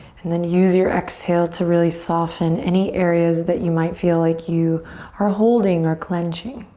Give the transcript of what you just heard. and then use your exhale to really soften any areas that you might feel like you are holding or clenching.